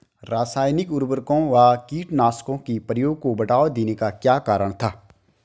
रासायनिक उर्वरकों व कीटनाशकों के प्रयोग को बढ़ावा देने का क्या कारण था?